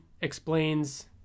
explains